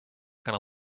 gonna